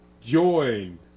join